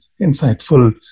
insightful